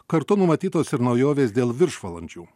kartu numatytos ir naujovės dėl viršvalandžių